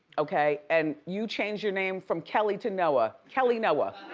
okay, and you change your name from kelly to noah, kelly noah,